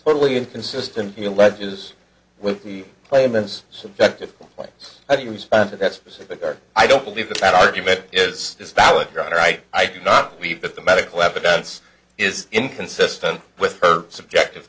totally inconsistent you allege is with the claim is subjective claims how do you respond to that specific or i don't believe that argument is valid grounds right i do not believe that the medical evidence is inconsistent with her subjective